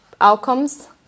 outcomes